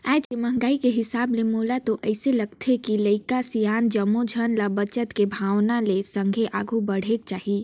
आज के महंगाई के हिसाब ले मोला तो अइसे लागथे के लरिका, सियान जम्मो झन ल बचत के भावना ले संघे आघु बढ़ेक चाही